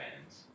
fans